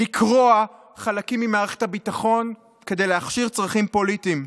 לקרוע חלקים ממערכת הביטחון כדי להכשיר צרכים פוליטיים,